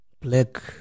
black